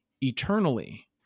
eternally